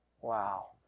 Wow